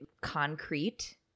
concrete